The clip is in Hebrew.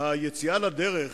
היציאה לדרך